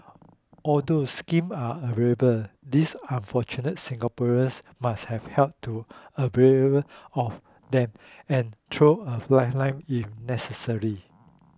although scheme are available these unfortunate Singaporeans must have helped to avail of them and thrown a lifeline if necessary